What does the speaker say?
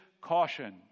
caution